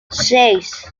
seis